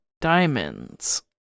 Diamonds